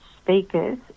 speakers